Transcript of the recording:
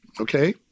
Okay